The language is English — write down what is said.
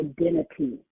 identity